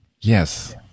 yes